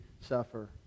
suffer